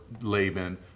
Laban